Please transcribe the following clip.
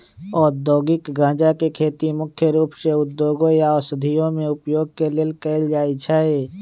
औद्योगिक गञ्जा के खेती मुख्य रूप से उद्योगों या औषधियों में उपयोग के लेल कएल जाइ छइ